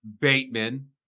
Bateman